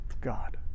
God